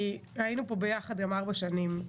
היינו פה יחד ארבע נים.